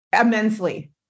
immensely